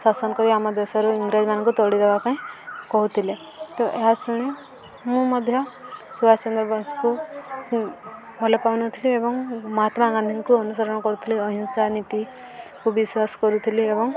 ଶାସନ କରି ଆମ ଦେଶରୁ ଇଂରେଜ ମାନଙ୍କୁ ତଡ଼ି ଦେବା ପାଇଁ କହୁଥିଲେ ତ ଏହା ଶୁଣି ମୁଁ ମଧ୍ୟ ସୁଭାଷ ଚନ୍ଦ୍ର ବୋଷକୁ ଭଲ ପାଉନଥିଲି ଏବଂ ମହାତ୍ମା ଗାନ୍ଧୀଙ୍କୁ ଅନୁସରଣ କରୁଥିଲି ଅହିଂସା ନୀତିକୁ ବିଶ୍ୱାସ କରୁଥିଲି ଏବଂ